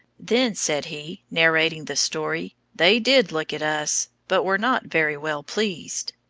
then, said he, narrating the story, they did look at us, but were not very well pleased.